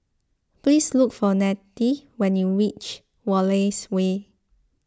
please look for Nettie when you reach Wallace Way